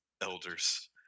elders